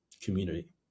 community